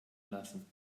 lassen